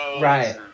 Right